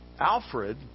Alfred